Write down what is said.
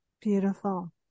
Beautiful